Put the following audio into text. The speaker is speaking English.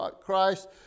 Christ